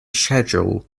schedule